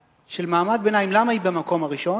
של מעמד ביניים, למה היא במקום הראשון?